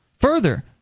Further